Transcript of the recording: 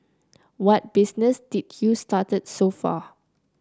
what business did you started so far